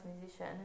musician